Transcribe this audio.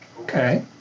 Okay